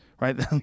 right